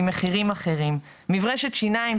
אנחנו מאמינות שניתן לשנות את התופעות האלה,